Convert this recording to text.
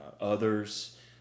others